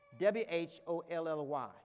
W-H-O-L-L-Y